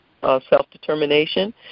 Self-Determination